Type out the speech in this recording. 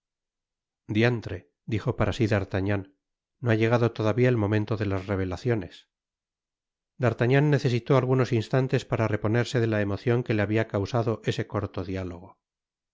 diantre dijo para si d'artagnan no ha llegado todavia el momento de las revelaciones d'artagnan necesitó algunos instantes para reponerse de la emocion que le habia causado ese corto diálogo